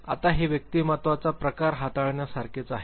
आता हे व्यक्तिमत्त्वाचा प्रकार हाताळण्यासारखेच आहे